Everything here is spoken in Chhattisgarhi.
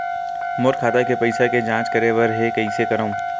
मोर खाता के पईसा के जांच करे बर हे, कइसे करंव?